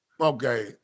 Okay